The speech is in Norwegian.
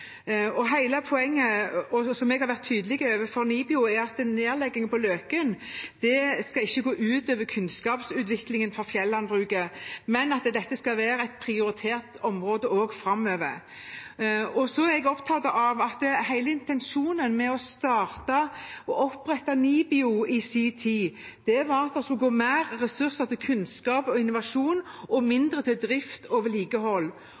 poenget, og det jeg har vært tydelig på overfor NIBIO, er at nedlegging på Løken ikke skal gå ut over kunnskapsutviklingen i fjellandbruket, og det skal være et prioritert område også framover. Jeg er opptatt av at hele intensjonen med å starte og opprette NIBIO i sin tid var at det skulle gå mer ressurser til kunnskap og innovasjon og mindre til drift og vedlikehold.